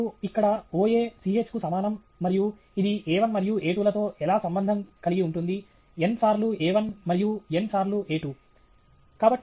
మరియు ఇక్కడ OA Ch కు సమానం మరియు ఇది a1 మరియు a2 లతో ఎలా సంబంధం కలిగి ఉంటుంది n సార్లు a1 మరియు n సార్లు a2